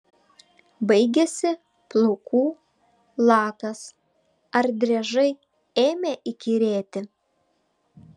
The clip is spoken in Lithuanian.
baigėsi plaukų lakas ar driežai ėmė įkyrėti